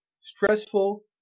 stressful